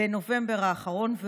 בנובמבר האחרון,